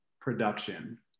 production